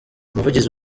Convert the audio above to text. umuvugizi